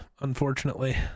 unfortunately